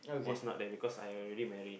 was not there because I already married